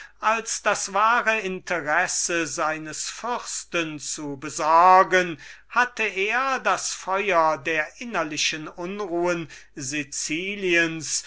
als das wahre interesse seines prinzen zu besorgen hatte er das feuer der innerlichen unruhen siciliens